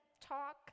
talk